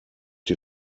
die